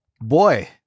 Boy